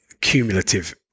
cumulative